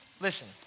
Listen